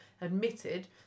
admitted